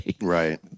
Right